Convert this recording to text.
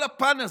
כל הפן הזה,